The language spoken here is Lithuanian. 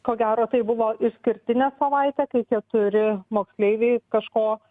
ko gero tai buvo išskirtinė savaitė kai keturi moksleiviai kažko